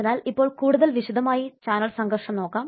അതിനാൽ ഇപ്പോൾ കൂടുതൽ വിശദമായി ചാനൽ സംഘർഷം നോക്കാം